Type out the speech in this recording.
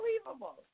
Unbelievable